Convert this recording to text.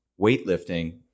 weightlifting